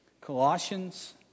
Colossians